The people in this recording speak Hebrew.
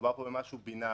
מדובר פה במשהו בינרי,